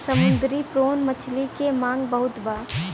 समुंदरी प्रोन मछली के मांग बहुत बा